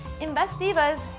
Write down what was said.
investivas